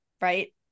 right